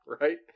Right